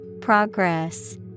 Progress